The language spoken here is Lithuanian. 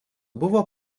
buvo